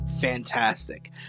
fantastic